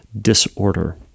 disorder